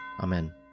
Amen